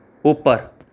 ઉપર